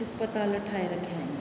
हस्पताल ठाहे रखिया आहिनि